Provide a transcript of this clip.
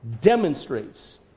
Demonstrates